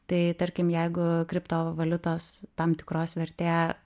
tai tarkim jeigu kriptovaliutos tam tikros vertė